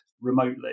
remotely